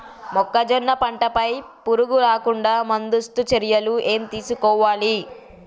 మొక్కజొన్న పంట పై పురుగు రాకుండా ముందస్తు చర్యలు ఏం తీసుకోవాలి?